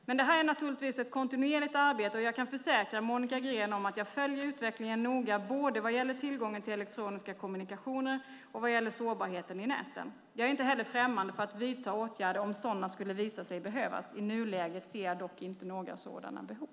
Men det här är naturligtvis ett kontinuerligt arbete, och jag kan försäkra Monica Green att jag följer utvecklingen noga både vad gäller tillgången till elektroniska kommunikationer och vad gäller sårbarheten i näten. Jag är heller inte främmande för att vidta åtgärder om sådana skulle visa sig behövas. I nuläget ser jag dock inte några sådana behov.